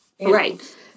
right